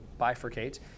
bifurcate